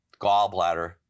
gallbladder